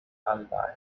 alibi